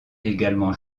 également